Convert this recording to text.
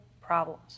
problems